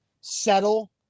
settle